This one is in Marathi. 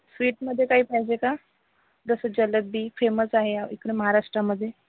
स्वीटमध्ये काही पाहिजे का जसं जलेबी फेमस आहे इकडे महाराष्ट्रामध्ये